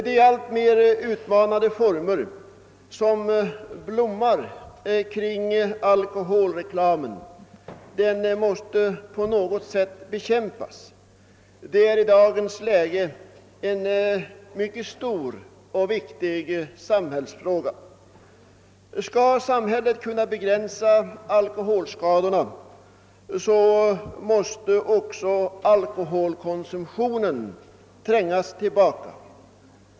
De alltmer utmanande former som blommar kring alkoholreklamen måste på något sätt bekämpas. Det är i dagens läge en mycket stor och viktig samhällsfråga. Skall samhället kunna begränsa alkoholskadorna, måste också alkoholkonsumtionen trängas tillbaka.